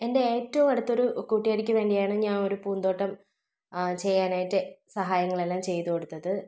എൻ്റെ ഏറ്റവും അടുത്തൊരു കൂട്ടുകാരിക്ക് വേണ്ടിയാണ് ഞാൻ ഒരു പൂന്തോട്ടം ചെയ്യാനായിട്ട് സഹായങ്ങളെല്ലാം ചെയ്ത് കൊടുത്തത്